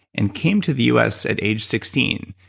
and came to the us at age sixteen.